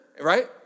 right